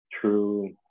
true